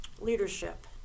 leadership